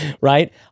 right